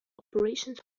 operations